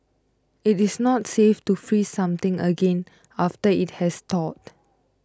it is not safe to freeze something again after it has thawed